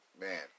man